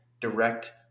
direct